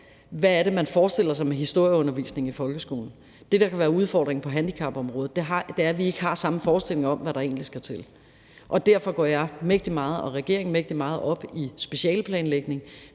hvad det er, man forestiller sig med historieundervisning i folkeskolen. Det, der kan være udfordringen på handicapområdet, er, at vi ikke har samme forestilling om, hvad der egentlig skal til. Derfor går jeg og regeringen mægtig meget op i specialeplanlægning,